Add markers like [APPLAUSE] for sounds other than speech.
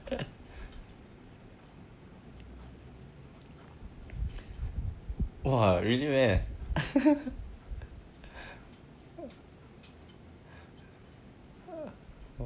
!wah! really meh [LAUGHS]